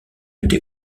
était